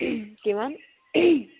কিমান